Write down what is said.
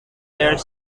were